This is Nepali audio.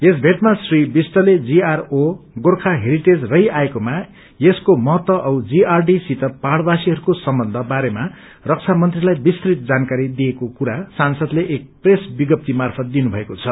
यस भेटमा श्री विष्टले जीआरडीको गोर्खा हेरिटेज रही रहनेको महत्व औ जीआरडीसित पहाड़वासीहरूको सम्बन्ध बारेमा रक्षामन्त्रीलाई विस्तृत जानकारी दिएको कुरा सांसदले एक प्रेस विज्ञप्तीद्वारा दिनुभएको छ